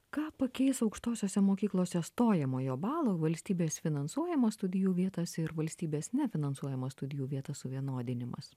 ką pakeis aukštosiose mokyklose stojamojo balo valstybės finansuojamos studijų vietas ir valstybės nefinansuojamas studijų vietas suvienodinimas